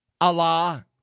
Allah